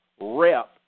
rep